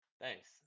thanks